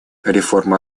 реформа